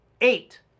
eight